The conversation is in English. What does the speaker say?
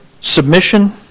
submission